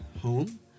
home